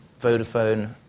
Vodafone